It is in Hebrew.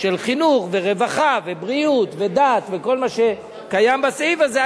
של חינוך ורווחה ובריאות ודת וכל מה שקיים בסעיף הזה,